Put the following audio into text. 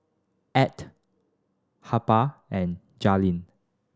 Add Harper and Jaylin